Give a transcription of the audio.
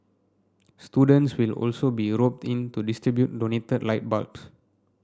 students will also be roped in to distribute donated light bulbs